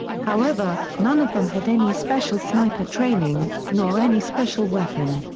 however, none of them had any special sniper training, nor any special weapon.